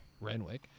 Renwick